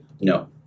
No